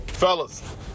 Fellas